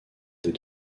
des